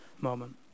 moment